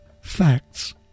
facts